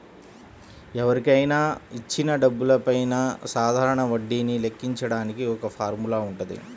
ఎవరికైనా ఇచ్చిన డబ్బులపైన సాధారణ వడ్డీని లెక్కించడానికి ఒక ఫార్ములా వుంటది